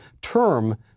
term